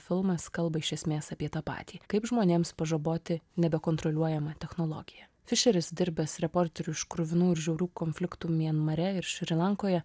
filmas kalba iš esmės apie tą patį kaip žmonėms pažaboti nebekontroliuojamą technologiją fišeris dirbęs reporteriu iš kruvinų ir žiaurių konfliktų mianmare ir šri lankoje